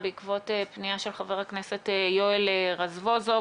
בעקבות פנייה של חבר הכנסת יואל רזבוזוב.